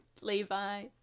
Levi